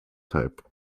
type